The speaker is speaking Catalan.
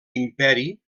imperi